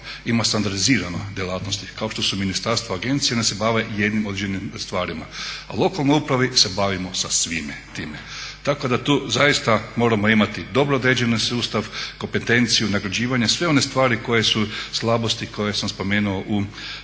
ima standardizirane djelatnosti kao što su ministarstva i agencije i oni se bave jednim određenim stvarima. A u lokalnoj upravi se bavimo sa svime time. Tako da tu zaista moramo imati dobro određen sustav kompetenciju, nagrađivanje, sve one stvari koje su slabosti koje sam spomenuo u